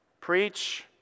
Preach